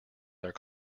their